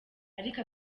ariko